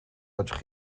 fedrwch